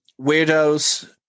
Weirdos